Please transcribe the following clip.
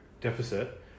deficit